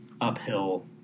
uphill